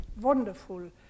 wonderful